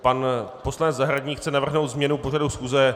Pan poslanec Zahradník chce navrhnout změnu pořadu schůze.